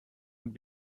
und